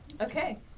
okay